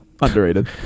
underrated